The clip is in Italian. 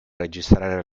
registrare